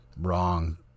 wrong